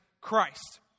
Christ